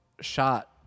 shot